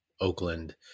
Oakland